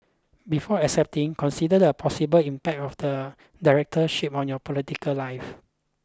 before accepting consider the possible impact of the Directorship on your political life